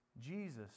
Jesus